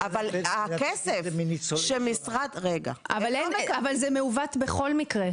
אבל הכסף שמשרד --- אבל זה מעוות בכל מקרה,